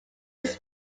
his